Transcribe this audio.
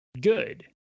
good